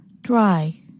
Dry